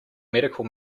medical